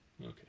Okay